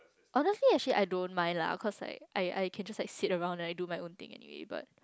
honestly actually I don't mind lah cause I I I can just like sit around and I do my own thing anyway